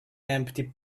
empty